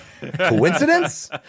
Coincidence